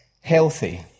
healthy